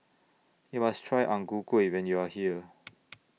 YOU must Try Ang Ku Kueh when YOU Are here